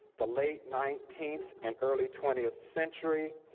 the late nineteenth and early twentieth century,